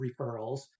referrals